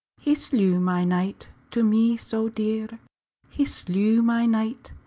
he slew my knight, to me so dear he slew my knight,